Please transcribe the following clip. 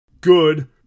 good